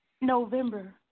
November